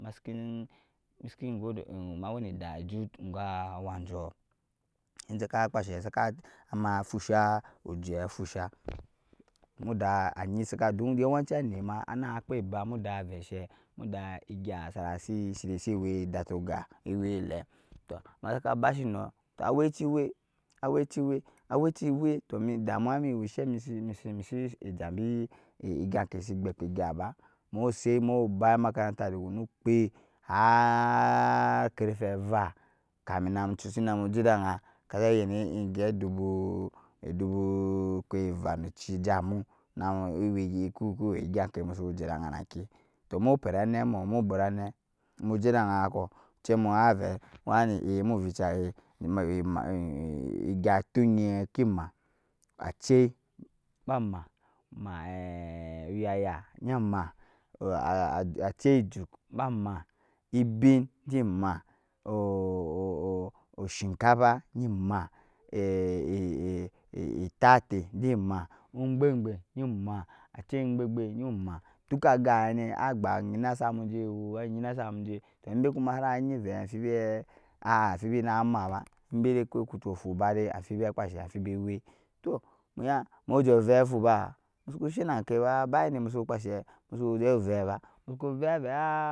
ma wɛnɛ edak ɛjut enga wajɔɔ insaka akpasɛ in saka ama fusha ujɛ afusha muda anyɛ yawanci anɛtma ana akpɛ na muda vɛi enshɛ ɛgya sinisi ewɛ datu oga ewɛ ele tɔɔ awɛcɛ wɛ awɛcɛ wɛ tɔɔ ma damuwa me awɛ shɛ jabi egya kai si gbɛkpa eyap ba mu sɛɛ mu ba emakarata daga nu kpɛi har karfe va kamin namu jɛ da agan kaga yɛn ɛngyɛ dubu guava nu cɛ ga jamu namu kiwɛ gyan kɛ mu su jɛda agan na kɛ tɔɔ mu pɛt anɛ mɔɔ mubɔɔt anɛ mu jɛda agan kɔɔ cɛmu anɛ wami e mu vidaa e egya tunyi kuma acɛi bama yaya bama acɛi ejuk bama ebin gima oshinkafa enyi ma etatɛ jima ogbengbe enyi ma acɛi gbeigbe enyi ma duka agai ne agba enyina samu tɔɔemba kuma sana aji vɛi anfibie unfibi nama ba embɛ dai kucu fuba dai anfibi akpashe anfibi awɛ tɔɔ muya mujɛ vep fuba musuku shɛnakɛ muya ba inda musu jɛ vɛp ba musuku jɛ vɛp avɛ,